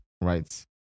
right